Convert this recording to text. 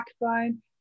backbone